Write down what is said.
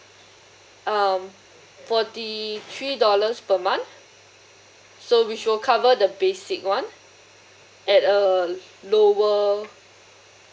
um forty three dollars per month so which will cover the basic one at a lower